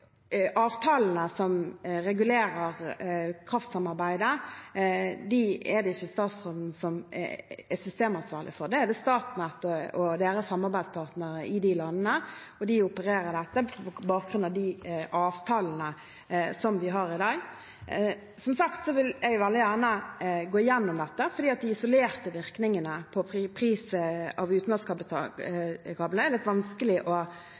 Avtalene som regulerer kraftsamarbeidet, er det ikke statsråden som er systemansvarlig for, det er Statnett og deres samarbeidspartnere i de landene, og de opererer dette på bakgrunn av de avtalene vi har i dag. Som sagt vil jeg veldig gjerne gå gjennom dette, for de isolerte virkningene på pris av utenlandskablene er det litt vanskelig å